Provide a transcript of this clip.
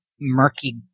murky